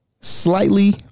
Slightly